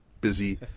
busy